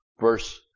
Verse